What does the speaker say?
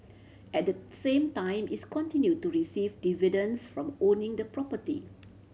at the same time its continue to receive dividends from owning the property